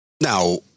Now